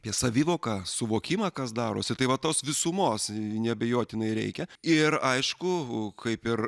apie savivoką suvokimą kas darosi tai va tos visumos neabejotinai reikia ir aišku kaip ir